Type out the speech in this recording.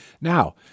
Now